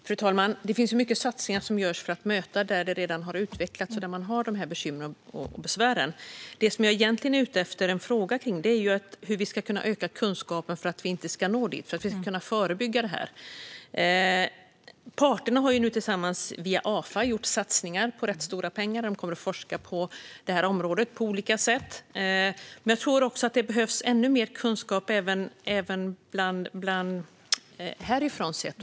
Fru talman! Det finns många satsningar som görs för att möta det som redan har utvecklats och där man har dessa bekymmer och besvär. Det jag egentligen frågar om är hur vi ska kunna öka kunskapen för att vi inte ska nå dit utan förebygga det. Parterna har nu tillsammans via Afa gjort satsningar med rätt stora pengar. Man kommer att forska på området på olika sätt. Men det behövs ännu mer kunskap även härifrån sett.